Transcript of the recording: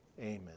amen